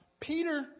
Peter